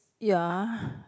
ya